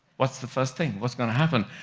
what's the first thing? what's going to happen?